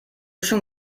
schon